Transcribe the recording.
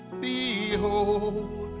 behold